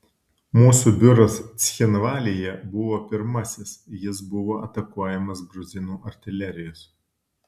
mūsų biuras cchinvalyje buvo pirmasis jis buvo atakuojamas gruzinų artilerijos